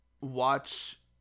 watch